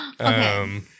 Okay